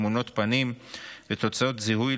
תמונות פנים ותוצאות זיהוי,